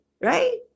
right